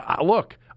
look